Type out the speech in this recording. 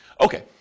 Okay